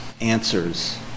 answers